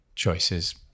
choices